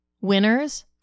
winners